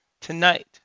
tonight